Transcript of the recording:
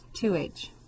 2h